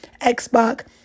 Xbox